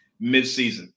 midseason